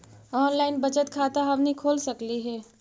Online बचत खाता हमनी खोल सकली हे?